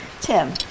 Tim